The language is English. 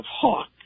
hawk